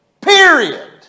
Period